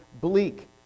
bleak